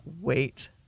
wait